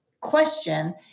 question